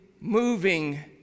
moving